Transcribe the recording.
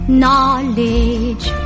knowledge